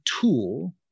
tool